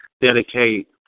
dedicate